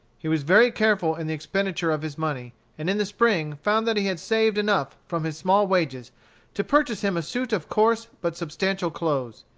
he was very careful in the expenditure of his money, and in the spring found that he had saved enough from his small wages to purchase him a suit of coarse but substantial clothes.